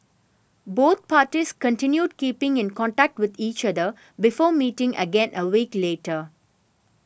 both parties continued keeping in contact with each other before meeting again a week later